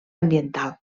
ambiental